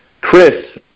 Chris